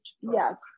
yes